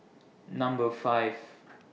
Number five